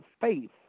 faith